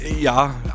Ja